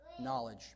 knowledge